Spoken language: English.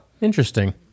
Interesting